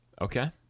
Okay